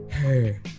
Hey